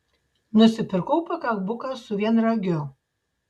nusipirkau pakabuką su vienragiu